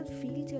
feel